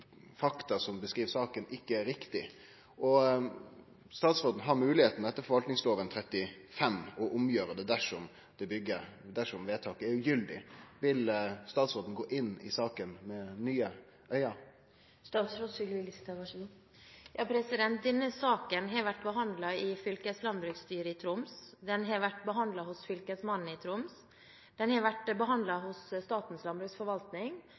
fakta som beskriv saka, ikkje er riktige, og statsråden har etter forvaltningsloven § 35 moglegheit til å gjere om vedtaket dersom det er ugyldig. Vil statsråden gå inn i saka med nye auge? Denne saken har vært behandlet i fylkeslandbruksstyret i Troms, den har vært behandlet hos Fylkesmannen i Troms, den har vært behandlet hos Statens landbruksforvaltning,